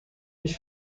ich